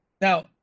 now